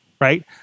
right